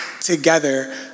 together